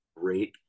great